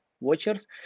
watchers